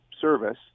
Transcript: service